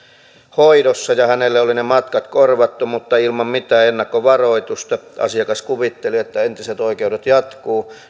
hoidossa ja hänelle oli ne matkat korvattu mutta ilman mitään ennakkovaroitusta asiakas kuvitteli että entiset oikeudet jatkuvat